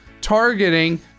targeting